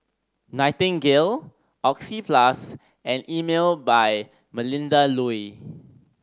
Nightingale Oxyplus and Emel by Melinda Looi